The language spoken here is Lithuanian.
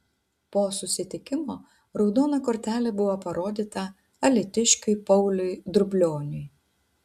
po susitikimo raudona kortelė buvo parodyta alytiškiui pauliui drublioniui